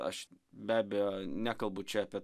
aš be abejo nekalbu čia apie